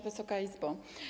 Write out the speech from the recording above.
Wysoka Izbo!